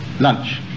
lunch